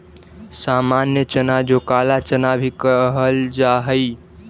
सामान्य चना जो काला चना भी कहल जा हई